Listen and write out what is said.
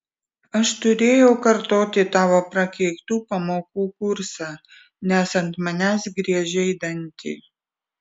aš turėjau kartoti tavo prakeiktų pamokų kursą nes ant manęs griežei dantį